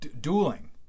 dueling